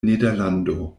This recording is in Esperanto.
nederlando